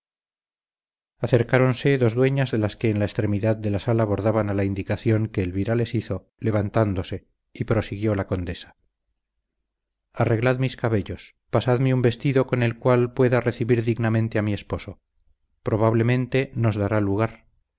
dueñas acercáronse dos dueñas de las que en la extremidad de la sala bordaban a la indicación que elvira les hizo levantándose y prosiguió la condesa arreglad mis cabellos pasadme un vestido con el cual pueda recibir dignamente a mi esposo probablemente nos dará lugar